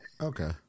okay